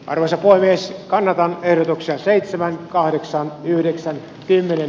arvoisa puhemies kanadan ehdotuksen seitsemän kahdeksan yhdeksän kymmenen